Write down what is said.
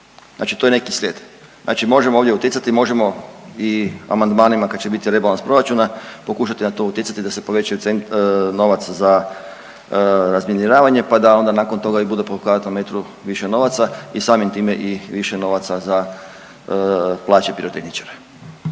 Znači to je neki slijed. Znači možemo ovdje utjecati, možemo i amandmanima kad će biti rebalans proračuna pokušati na to utjecati da se poveća novac za razminiravanje, pa da onda nakon toga i bude po kvadratnom metru više novaca i samim time i više novaca za plaće pirotehničara.